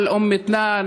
על אום מתנאן,